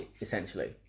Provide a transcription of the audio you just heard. essentially